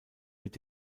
mit